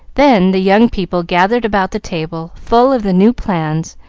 then the young people gathered about the table, full of the new plans,